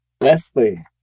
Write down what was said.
Leslie